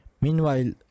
meanwhile